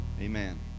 Amen